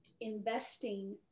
investing